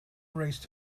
race